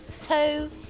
two